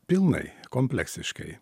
pilnai kompleksiškai